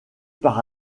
par